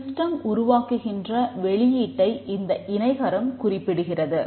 system உருவாக்குகின்ற வெளியீட்டை இந்த இணைகரம் குறிப்பிடுகிறது